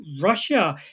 Russia